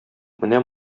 менә